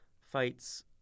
fights